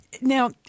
Now